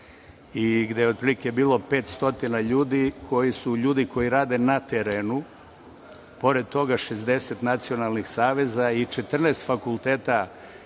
i gde je otprilike bilo 500 ljudi koji rade na terenu. Pored toga 60 nacionalnih saveza i 14 fakulteta